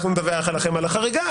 אנחנו נדווח לכם על החריגה.